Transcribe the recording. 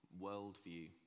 worldview